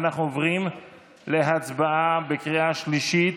ואנחנו עוברים להצבעה בקריאה שלישית.